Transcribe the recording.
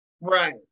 Right